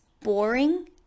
boring